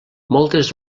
moltes